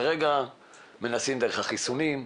כרגע מנסים דרך החיסונים.